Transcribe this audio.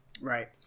Right